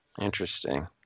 Interesting